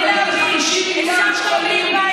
תפנים,